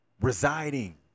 residing